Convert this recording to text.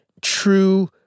true